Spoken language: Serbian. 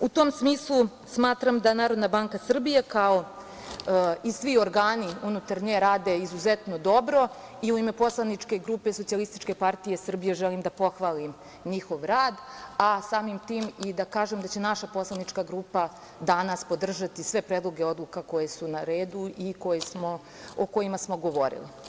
U tom smislu, smatram da Narodna banka Srbije kao i svi organi unutar nje rade izuzetno dobro i u ime poslaničke grupe SPS želim da pohvalim njihov rad, a samim tim i da kažem da će naša poslanička grupa danas podržati sve predloge odluka koje su na redu i o kojima smo govorili.